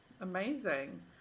amazing